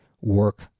work